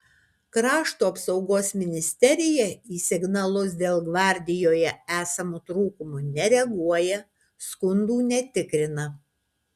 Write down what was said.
krašto apsaugos ministerija į signalus dėl gvardijoje esamų trūkumų nereaguoja skundų netikrina